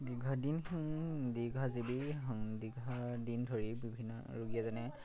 দীৰ্ঘ দিন হু দীৰ্ঘ জীৱি হু দীৰ্ঘ দিন ধৰি বিভিন্ন ৰোগী এজনে